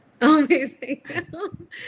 Amazing